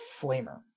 Flamer